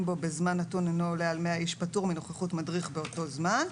בו בזמן נתון אינו עולה על 100 איש פטור מנוכחות מדריך באותו זמן.